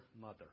mother